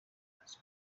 bimaze